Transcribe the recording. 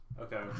Okay